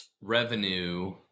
revenue